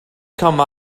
come